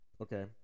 okay